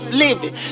living